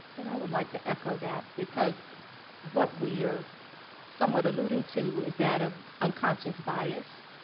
and i would like to echo that because what we are somewhat alluding to is that of unconscious bias,